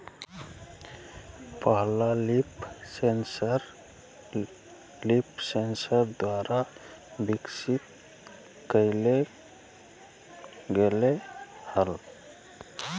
पहला leaf sensor LeafSens द्वारा विकसित कइल गेलय हल